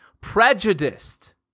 Prejudiced